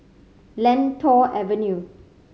Lentor Avenue